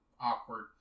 awkward